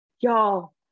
y'all